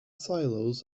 silos